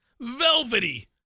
Velvety